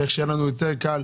צריך שיהיה לנו יותר קל.